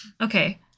Okay